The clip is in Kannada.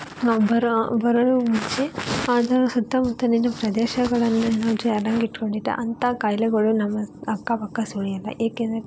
ನಾವು ಬರೋ ಬರುವ ಮುಂಚೆ ಅದರ ಸುತ್ತಮುತ್ತಲಿನ ಪ್ರದೇಶಗಳನ್ನು ನಾವು ಚೆನ್ನಾಗಿಟ್ಕೊಂಡಿದ್ದೆ ಅಂಥ ಖಾಯಿಲೆಗಳು ನಮ್ಮ ಅಕ್ಕಪಕ್ಕ ಸುಳಿಯೋಲ್ಲ ಏಕೆಂದರೆ